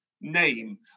name